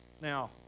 Now